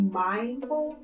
mindful